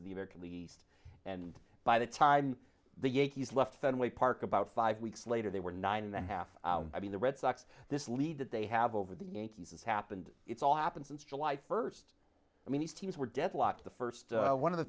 league east and by the time the yankees left fenway park about five weeks later they were nine and a half i mean the red sox this lead that they have over the yankees it's happened it's all happened since july first i mean these teams were deadlocked the first one of the